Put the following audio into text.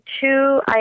two